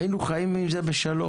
היינו חיים עם זה בשלום,